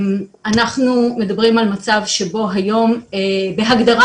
אנחנו מדברים על מצב שבו היום בהגדרה